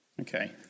Okay